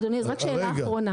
אדוני, אז רק שאלה אחרונה